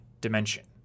dimension